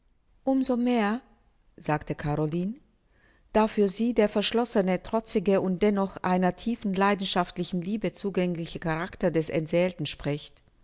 so mehr sagte caroline da für sie der verschlossene trotzige und dennoch einer tiefen leidenschaftlichen liebe zugängliche charakter des entseelten spricht